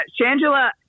Shangela